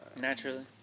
naturally